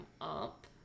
up